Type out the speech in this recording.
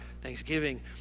thanksgiving